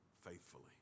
faithfully